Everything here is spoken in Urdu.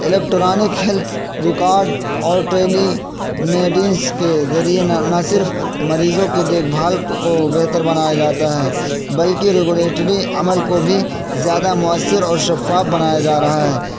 الیکٹرانک ہیلتھ ریکارڈ اور ٹرینی میڈینس کے ذریعے نا نہ صرف مریضوں کے دیکھ بھال کو بہتر بنایا جاتا ہے بلکہ ریگولیٹری عمل کو بھی زیادہ مؤثر اور شفاف بنایا جا رہا ہے